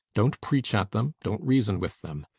don't preach at them don't reason with them.